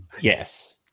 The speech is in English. Yes